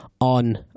on